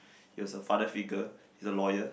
he was a father figure he's a lawyer